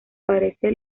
parece